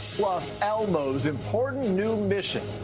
plus, elmo's important, new mission,